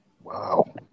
Wow